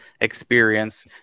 experience